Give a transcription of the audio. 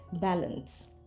balance